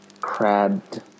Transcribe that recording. crabbed